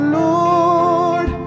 lord